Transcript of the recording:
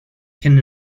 can